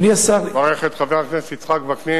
אני מברך את חבר הכנסת יצחק וקנין,